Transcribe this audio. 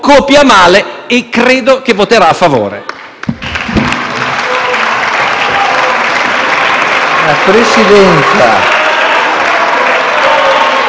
copia male e credo che voterà a favore.